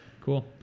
Cool